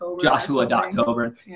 Joshua.Coburn